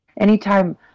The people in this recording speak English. anytime